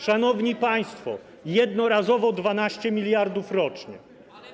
Szanowni państwo, jednorazowo 12 mld zł rocznie.